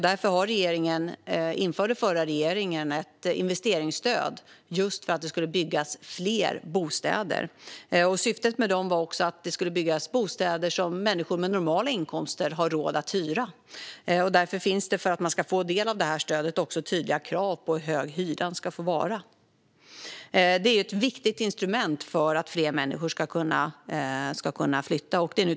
Därför införde den förra regeringen ett investeringsstöd, just för att det skulle byggas fler bostäder. Syftet var också att det skulle byggas bostäder som människor med normala inkomster har råd att hyra. För den som vill ta del av stödet finns därför tydliga krav på hur hög hyran får vara. Detta är ett viktigt instrument för att fler människor ska kunna flytta.